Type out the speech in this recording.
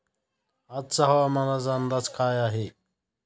आजचा हवामानाचा अंदाज काय आहे?